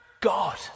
God